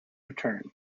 return